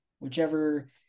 Whichever